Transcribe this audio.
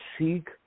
seek